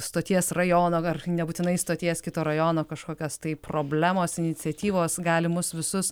stoties rajono ar nebūtinai stoties kito rajono kažkokios tai problemos iniciatyvos gali mus visus